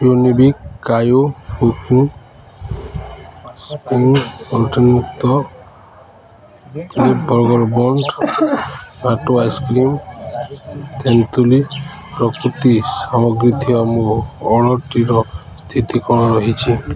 Unibic କାଜୁ cookies spring gluten ମୁକ୍ତ fluffy burger bun Noto ice cream ତେନ୍ତୁଳି ପ୍ରଭୃତି ସାମଗ୍ରୀ ଥିବା ମୋ ଅର୍ଡ଼ର୍ଟିର ସ୍ଥିତି କ'ଣ ରହିଛି